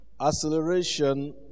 Acceleration